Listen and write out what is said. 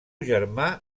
germà